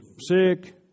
sick